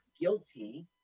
guilty